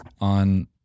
on